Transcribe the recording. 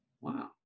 Wow